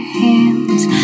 hands